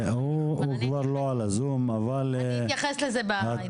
אני אתייחס לזה.